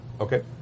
Okay